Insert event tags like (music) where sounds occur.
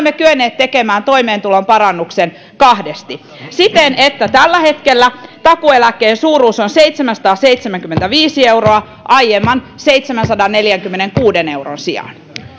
(unintelligible) me olemme kyenneet tekemään toimeentulon parannuksen kahdesti siten että tällä hetkellä takuu eläkkeen suuruus on seitsemänsataaseitsemänkymmentäviisi euroa aiemman seitsemänsadanneljänkymmenenkuuden euron sijaan